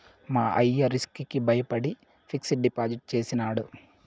మా అయ్య రిస్క్ కి బయపడి ఫిక్సిడ్ డిపాజిట్ చేసినాడు